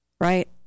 right